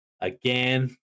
again